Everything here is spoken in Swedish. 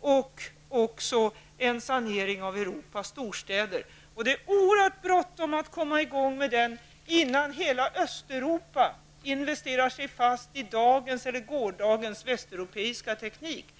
och om en sanering av Europas storstäder. Det är oerhört bråttom att komma i gång med arbetet innan hela Östeuropa investerar sig fast i dagens eller gårdagens västeuropeiska teknik.